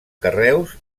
carreus